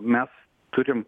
mes turim